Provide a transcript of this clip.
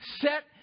set